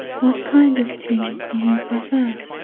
what kind of tea do you prefer?